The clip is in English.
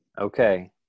okay